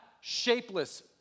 shapeless